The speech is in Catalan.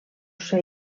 ser